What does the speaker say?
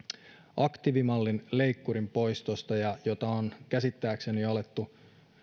aktiivimallin leikkurin poistosta jota on käsittääkseni jo alettu